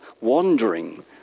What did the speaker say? wandering